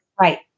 Right